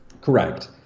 Correct